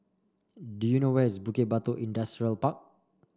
do you know where is Bukit Batok Industrial Park